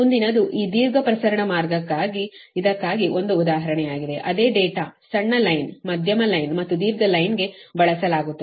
ಮುಂದಿನದು ಈ ದೀರ್ಘ ಪ್ರಸರಣ ಮಾರ್ಗಕ್ಕಾಗಿ ಇದಕ್ಕಾಗಿ ಒಂದು ಉದಾಹರಣೆಯಾಗಿದೆ ಅದೇ ಡೇಟಾವನ್ನು ಸಣ್ಣ ಲೈನ್ ಮಧ್ಯಮ ಲೈನ್ ಮತ್ತು ದೀರ್ಘ ಲೈನ್ ಗೆ ಬಳಸಲಾಗಿದೆ